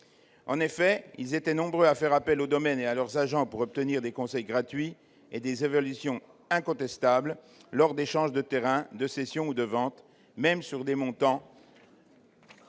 en effet nombreux à faire appel aux domaines et à leurs agents pour obtenir des conseils gratuits et des évaluations incontestables lors d'échanges de terrains, de cessions ou de ventes, même sur des montants